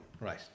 right